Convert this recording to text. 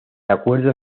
acuerdo